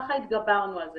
כך התגברנו על זה.